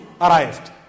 arrived